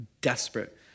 desperate